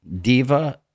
Diva